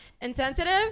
Insensitive